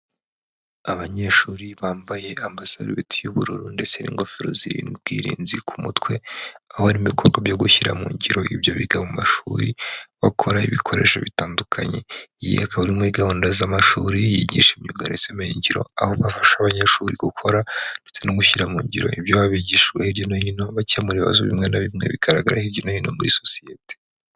Abanyeshuri bambaye amasarubeti y'ubururu, ndetse n'ingofero z'ubwirinzi ku mutwe, aho bari mu bikorwa byo gushyira mu ngiro ibyo biga mu mashuri, bakora ibikoresho bitandukanye, iyi akaba iri muri gahunda z'amashuri yigisha imyuga ndetse n'ubumenyigiro, aho bafasha abanyeshuri gukora ndetse no gushyira mu ngiro ibyo baba bigishijwe hirya no hino, bakemura ibibazo bimwe na bimwe, bigaragara hirya no hino muri sosiyete.